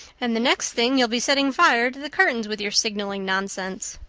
and the next thing you'll be setting fire to the curtains with your signaling nonsense.